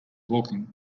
walking